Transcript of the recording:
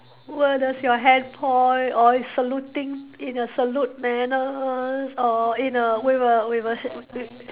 what is your hand point or is saluting in a salute manners or you know with a with a s~ err